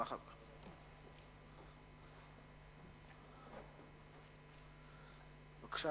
בבקשה,